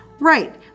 Right